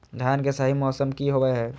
धान के सही मौसम की होवय हैय?